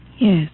Yes